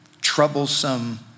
troublesome